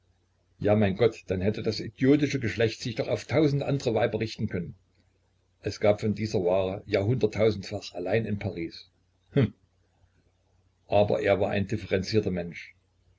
ja mein gott dann hätte das idiotische geschlecht sich doch auf tausend andre weiber richten können es gab von dieser ware ja hunderttausendfach allein in paris hm aber er war ein differenzierter mensch